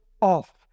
off